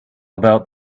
about